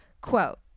quote